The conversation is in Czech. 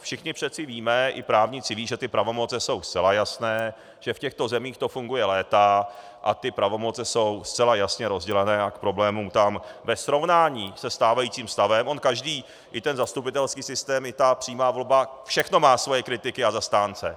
Všichni přece víme, i právníci vědí, že pravomoci jsou zcela jasné, že v těchto zemích to funguje léta a pravomoci jsou zcela jasně rozdělené a k problémům tam ve srovnání se stávajícím stavem on každý, i ten zastupitelský systém, i ta přímá volba, všechno má své kritiky a zastánce.